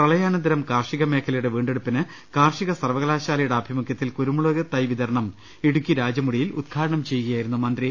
പ്രളയാനന്തരം കാർഷിക മേഖലയുടെ വീണ്ടെടുപ്പിന് കാർഷിക സർവകലാശാലയുടെ ആഭിമുഖ്യ ത്തിൽ കുരുമുളക് തൈ വിതരണം ഇടുക്കി രാജമുടിയിൽ ഉദ്ഘാടനം ചെയ്യു കയായിരുന്നു മന്ത്രി